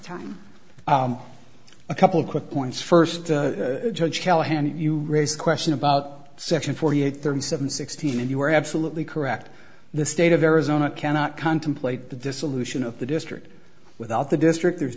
time a couple of quick points first judge callahan you raise a question about section forty eight thirty seven sixteen and you are absolutely correct the state of arizona cannot contemplate this illusion of the district without the district there is